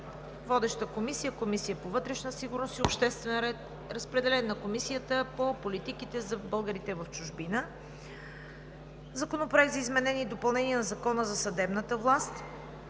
Водеща е Комисията по вътрешна сигурност и обществен ред. Разпределен е на Комисията по политиките за българите в чужбина. Законопроект за изменение и допълнение на Закона за съдебната власт.